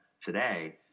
today